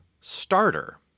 starter